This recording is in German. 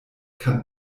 kann